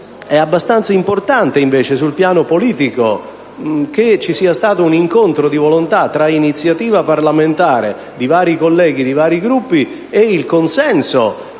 è abbastanza importante sul piano politico che ci sia stato un incontro di volontà tra l'iniziativa parlamentare di vari colleghi di diversi Gruppi e il consenso